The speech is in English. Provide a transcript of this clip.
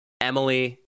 Emily